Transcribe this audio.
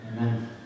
amen